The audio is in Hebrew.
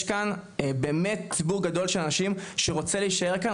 יש כאן באמת ציבור גדול של אנשים שרוצה להישאר כאן,